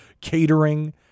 catering